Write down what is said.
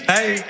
Hey